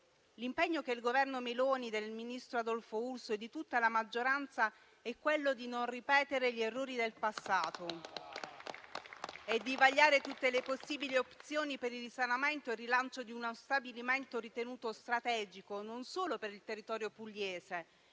L'impegno che il Governo Meloni, del ministro Adolfo Urso e di tutta la maggioranza è quello di non ripetere gli errori del passato e di vagliare tutte le possibili opzioni per il risanamento e il rilancio di uno stabilimento ritenuto strategico non solo per il territorio pugliese,